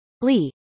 Lee